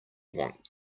want